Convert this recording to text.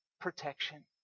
protection